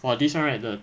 for this [one] right the